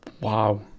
Wow